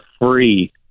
free